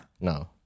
No